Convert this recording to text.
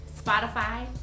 Spotify